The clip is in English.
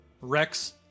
Rex